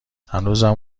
هنوزم